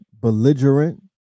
belligerent